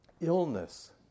illness